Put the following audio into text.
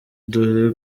dore